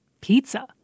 pizza